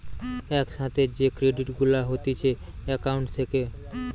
এক সাথে যে ক্রেডিট গুলা হতিছে একাউন্ট থেকে